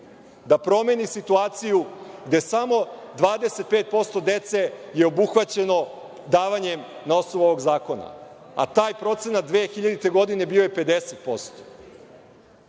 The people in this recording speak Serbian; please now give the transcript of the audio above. da promeni situaciju, da samo 25% dece je obuhvaćeno davanjem na osnovu ovog zakona, a taj procena 2000. godine bio je 50%.